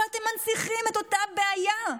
אבל אתם מנציחים את אותה בעיה.